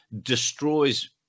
destroys